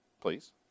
please